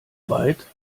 weit